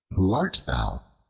who art thou?